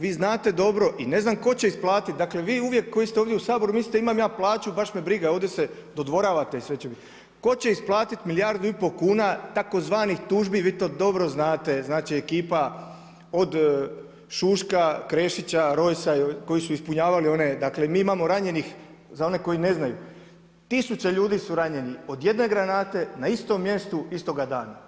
Vi znate dobro i ne znam tko će isplatiti, dakle vi uvijek koji ste ovdje u Saboru mislite imam ja plaću baš me briga ovdje se dodvoravate i sve … tko će isplatiti milijardu i pol kuna tzv. tužbi vi to dobro znate, znači ekipa od Šuška, Krešića, Rojsa koji su ispunjavali one, dakle mi imamo ranjenih za one koji ne znaju tisuće ljudi su ranjeni od jedne granate na istom mjestu, istoga dana.